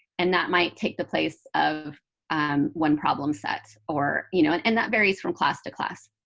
and that might take the place of um one problem sets. or you know, and and that varies from class to class.